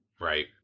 Right